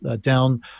down